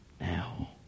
Now